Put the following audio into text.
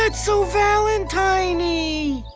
but so valentiney.